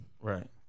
Right